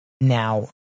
Now